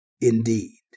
indeed